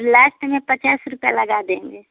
last में पचास रुपये लगा देंगे